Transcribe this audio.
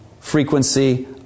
frequency